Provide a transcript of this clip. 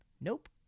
nope